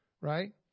Right